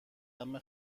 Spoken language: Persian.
عمه